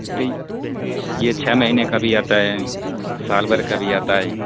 ارے یہ چھ مہینے کا بھی آتا ہے سال بھر کا بھی آتا ہے